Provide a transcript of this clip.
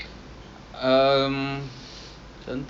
we we can go for the luge but luge is like